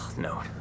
No